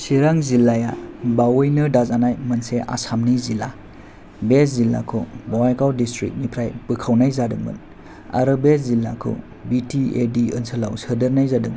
सिरां जिल्लाया बावैनो दाजानाय मोनसे आसामनि जिल्ला बे जिल्लाखौ बङाइगाव डिसट्रिकनिफ्राय बोखावनाय जादोंमोन आरो बे जिल्लाखौ बि टि ए डि ओनसोलाव सोदेरनाय जादों